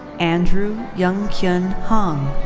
andrew youngkyun hong.